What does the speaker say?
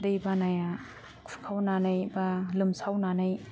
दै बानाया खुरखावनानै बा लोमसावनानै